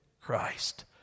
Christ